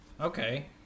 Okay